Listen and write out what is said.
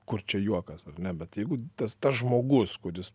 kur čia juokas ar ne bet jeigu tas tas žmogus kuris